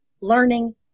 learning